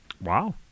Wow